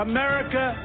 America